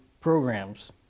programs